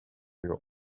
your